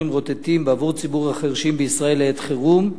רוטטים בעבור ציבור החירשים בישראל לעת חירום,